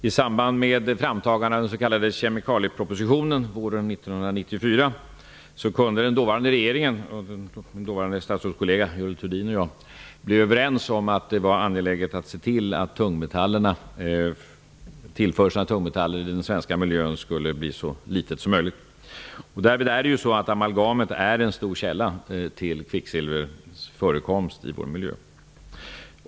I samband med framtagandet av den s.k. kemikaliepropositionen våren 1994 kunde man i den dåvarande regeringen - min dåvarande statsrådskollega Görel Thurdin och jag - bli överens om att det var angeläget att se till att tillförseln av tungmetaller i den svenska miljön blev så liten som möjligt. Amalgamet är en stor källa till kvicksilverförekomst i vår miljö.